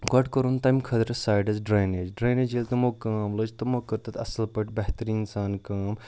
گۄڈٕ کوٚرُن تَمہِ خٲطرٕ سایڈَس ڈرٛٮ۪نیج ڈرٛٮ۪نیج ییٚلہِ تِمو کٲم لٲج تِمو کٔر تَتھ اَصٕل پٲٹھۍ بہتریٖن سان کٲم